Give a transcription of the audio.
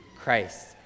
Christ